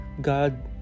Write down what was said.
God